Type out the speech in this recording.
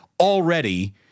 already